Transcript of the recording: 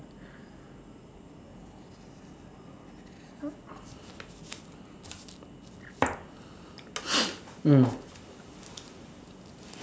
mm